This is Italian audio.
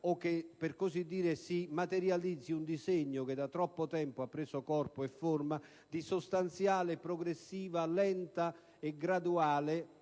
che ciò accada o che si materializzi un disegno, che da troppo tempo ha preso corpo e forma, di sostanziale, progressiva, lenta e graduale,